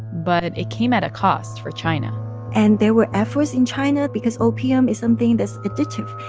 but it came at a cost for china and there were efforts in china because opium is something that's addictive,